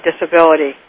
disability